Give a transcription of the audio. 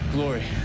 Glory